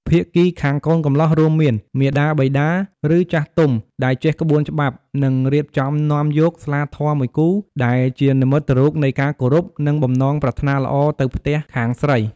ភាគីខាងកូនកំលោះ រួមមាន មាតាបិតា ឬ ចាស់ទុំ ដែលចេះក្បួនច្បាប់ នឹងរៀបចំនាំយក ស្លាធម៌មួយគូ ដែលជានិមិត្តរូបនៃការគោរព និងបំណងប្រាថ្នាល្អទៅភ្ទះខាងស្រី។